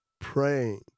praying